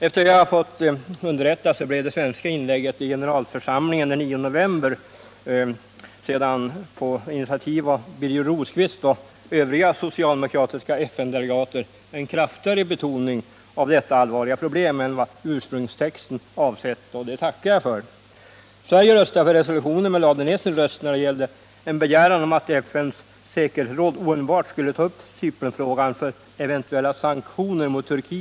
Efter vad som underrättats mig innehöll det svenska inlägget i generalförsamlingen den 9 november på initiativ av Birger Rosqvist och övriga socialdemokratiska FN-delegater en kraftigare betoning av detta allvarliga problem än som avsågs i den ursprungliga texten, och det tackar jag för. Sverige röstade för resolutionen men lade ned sin röst när det gällde en begäran om att FN:s säkerhetsråd omedelbart skulle ta upp Cypernfrågan för eventuella sanktioner mot Turkiet.